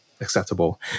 acceptable